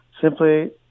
simply